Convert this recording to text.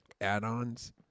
add-ons